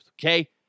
Okay